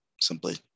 simply